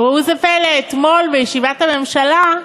וראו זה פלא, אתמול, בישיבת הממשלה,